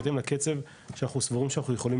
בהתאם לקצב שאנחנו סבורים שאנחנו יכולים